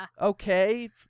Okay